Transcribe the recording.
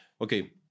okay